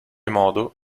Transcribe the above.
modo